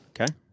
Okay